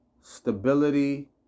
stability